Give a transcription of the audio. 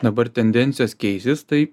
dabar tendencijos keisis taip